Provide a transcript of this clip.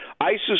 ISIS